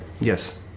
Yes